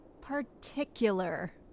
particular